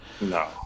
No